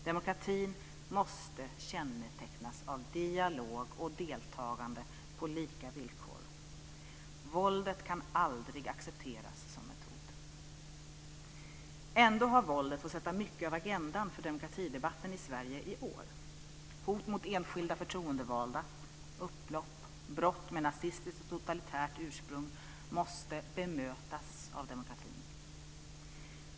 Demokratin måste kännetecknas av dialog och deltagande på lika villkor. Våldet kan aldrig accepteras som metod. Ändå har våldet fått sätta mycket av agenda för demokratidebatten i Sverige i år. Hot mot enskilda förtroendevalda, upplopp, brott med nazistiskt och totalitärt ursprung måste bemötas av demokratin.